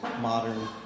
modern